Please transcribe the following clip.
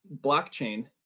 blockchain